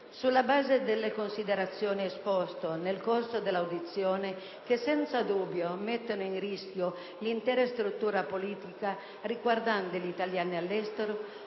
Sulla base delle considerazioni esposte nel corso dell'audizione, che senza dubbio mettono a rischio l'intera struttura politica riguardante gli italiani all'estero,